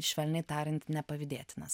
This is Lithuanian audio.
švelniai tariant nepavydėtinas